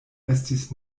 estis